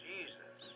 Jesus